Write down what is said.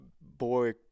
boy